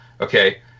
okay